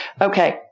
Okay